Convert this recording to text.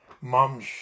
mom's